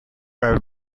have